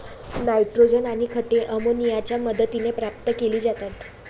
nitrogen आणि खते अमोनियाच्या मदतीने प्राप्त केली जातात